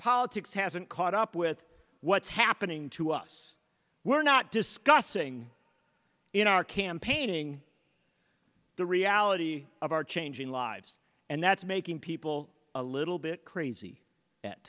politics hasn't caught up with what's happening to us we're not discussing in our campaigning the reality of our changing lives and that's making people a little bit crazy at